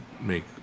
make